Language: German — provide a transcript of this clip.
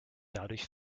dadurch